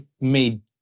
made